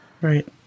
Right